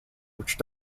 which